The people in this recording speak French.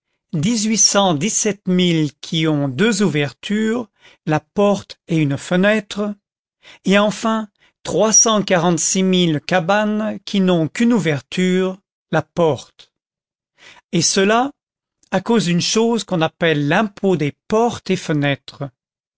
cent dix-sept mille qui ont deux ouvertures la porte et une fenêtre et enfin trois cent quarante-six mille cabanes qui n'ont qu'une ouverture la porte et cela à cause d'une chose qu'on appelle l'impôt des portes et fenêtres